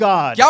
God